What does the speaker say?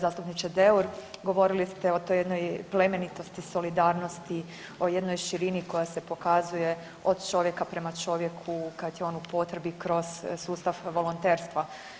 Zastupniče Deur govorili ste o toj jednoj plemenitosti, solidarnosti, o jednoj širini koja se pokazuje od čovjeka prema čovjeku kad je on u potrebi kroz sustav volonterstva.